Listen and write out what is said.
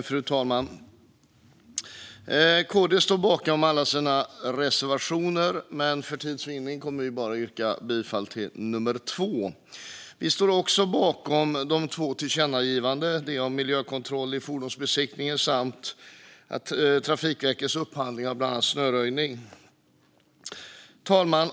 Fru talman! Kristdemokraterna står bakom alla sina reservationer, men för tids vinnande yrkar jag bifall bara till reservation 4. Vi står också bakom de två tillkännagivandena om miljökontroll i fordonsbesiktningen och om Trafikverkets upphandling av bland annat snöröjning. Fru talman!